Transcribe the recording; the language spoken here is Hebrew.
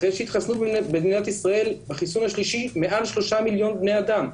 אחרי שהתחסנו במדינת ישראל בחיסון השלישי מעל שלושה מיליון בני אדם,